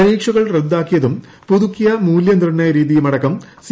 പരീക്ഷകൾ റദ്ദാക്കിയതും പുതുക്കിയ മൂല്യനിർണ്ണയ രീതിയും അടക്കം സി